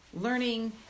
learning